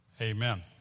amen